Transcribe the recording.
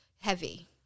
heavy